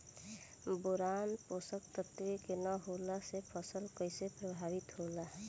Boron पोषक तत्व के न होला से फसल कइसे प्रभावित होला?